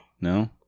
No